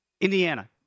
Indiana